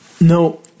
no